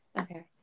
Okay